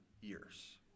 years